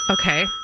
Okay